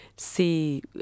see